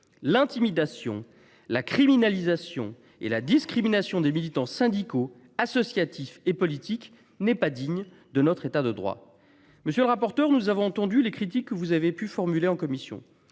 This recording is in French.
l’intimidation, la criminalisation et la discrimination des militants syndicaux, associatifs et politiques ne sont pas dignes de notre État de droit. Monsieur le rapporteur, nous avons entendu les critiques que vous avez formulées en commission.